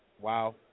Wow